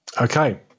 Okay